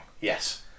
Yes